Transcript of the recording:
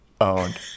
owned